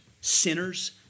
sinners